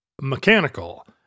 mechanical